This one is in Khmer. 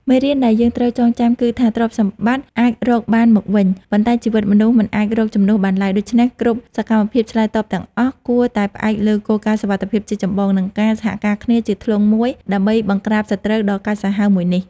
មេរៀនដែលយើងត្រូវចងចាំគឺថា ទ្រព្យសម្បត្តិអាចរកបានមកវិញ ប៉ុន្តែជីវិតមនុស្សមិនអាចរកជំនួសបានឡើយ ដូច្នេះគ្រប់សកម្មភាពឆ្លើយតបទាំងអស់ ត្រូវតែផ្អែកលើគោលការណ៍សុវត្ថិភាពជាចម្បង និងការសហការគ្នាជាធ្លុងមួយដើម្បីបង្ក្រាបសត្រូវដ៏កាចសាហាវមួយនេះ។